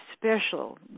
special